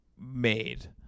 made